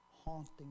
Haunting